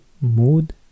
Mood